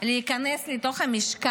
אני יודע מה אני עושה פה.